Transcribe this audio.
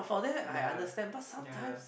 yeah yeah